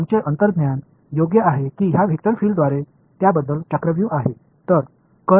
तर आमचे अंतर्ज्ञान योग्य आहे की या वेक्टर फील्डमध्ये त्याबद्दल चक्रव्यूह आहे